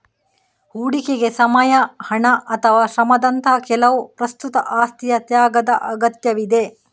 ಹೂಡಿಕೆಗೆ ಸಮಯ, ಹಣ ಅಥವಾ ಶ್ರಮದಂತಹ ಕೆಲವು ಪ್ರಸ್ತುತ ಆಸ್ತಿಯ ತ್ಯಾಗದ ಅಗತ್ಯವಿದೆ